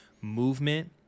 movement